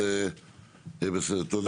תודה